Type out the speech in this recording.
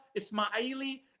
Ismaili